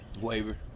Waver